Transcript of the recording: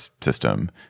system